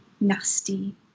nasty